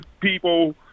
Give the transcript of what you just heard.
people